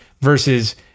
versus